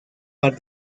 par